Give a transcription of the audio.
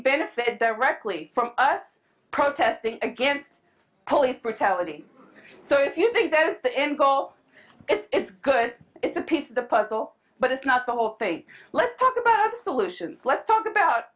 benefit directly from us protests against police brutality so if you think that is the end goal it's good it's a piece of the puzzle but it's not the whole thing let's talk about the solutions let's talk about